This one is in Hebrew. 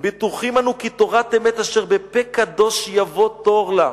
בטוחים אנו כי תורת אמת אשר בפה קדוש יבוא תור לה".